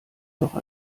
noch